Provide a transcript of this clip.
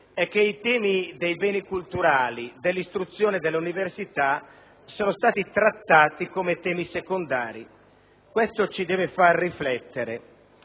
i temi dei beni culturali, dell'istruzione e dell'università sono stati trattati come temi secondari. Questo ci deve far riflettere.